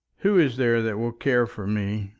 who is there that will care for me?